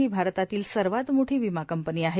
ही भारतातील सर्वात मोठी विमा कंपनी आहे